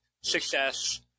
success